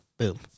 Boom